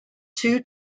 two